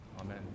Amen